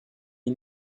les